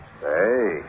Hey